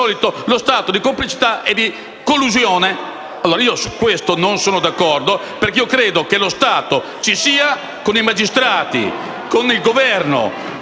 PD)*. Su questo non sono d'accordo perché credo che lo Stato ci sia, con i magistrati, con il Governo